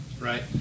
right